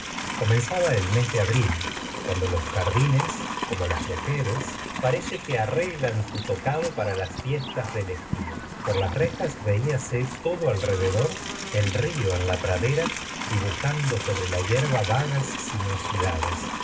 comenzaba el mes de abril cuando los jardines como las mujeres parece que arreglan su tocado para las fiestas del estío por las rejas velase todo alrededor el río en la pradera dibujando sobre la hierba vagas